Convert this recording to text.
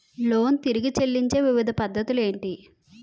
Loan తిరిగి చెల్లించే వివిధ పద్ధతులు ఏంటి?